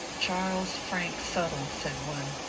charles frank suttle, said one,